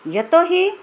यतो हि